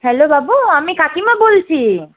hello বাবু আমি কাকিমা বলছি